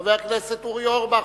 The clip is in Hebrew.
חבר הכנסת אורי אורבך,